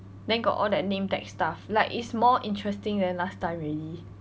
then got all that name tag stuff like it's more interesting than last time already